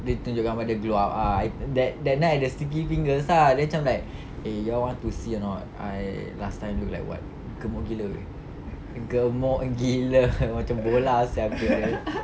dia tunjuk gambar dia grow up ah that that night at sticky fingers ah dia macam like eh you all want to see or not I last time look like what gemuk gila gemuk gila macam bola sia muka dia